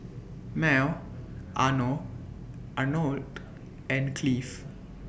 Mal Are Nor Arnold and Cleve